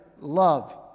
love